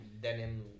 denim